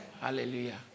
Hallelujah